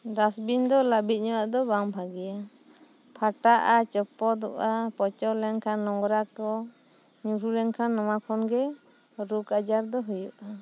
dustbin ᱫᱚ ᱞᱟᱹᱵᱤᱫ ᱧᱚᱜᱼᱟᱜ ᱫᱚ ᱵᱟᱝ ᱵᱷᱟᱜᱮᱭᱟ ᱯᱷᱟᱴᱟᱜᱼᱟ ᱪᱚᱯᱚᱫᱚᱜᱼᱟ ᱯᱚᱪᱚ ᱞᱮᱱ ᱠᱷᱟᱱ ᱱᱚᱝᱨᱟ ᱠᱚᱦᱚᱸ ᱧᱩᱨᱩ ᱞᱮᱱ ᱠᱷᱟᱱ ᱱᱚᱣᱟ ᱠᱷᱚᱱ ᱜᱮ ᱨᱳᱜᱽ ᱟᱡᱟᱨ ᱫᱚ ᱦᱩᱭᱩᱜᱼᱟ